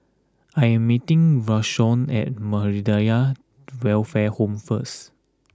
I am meeting Rayshawn at Muhammadiyah Welfare Home first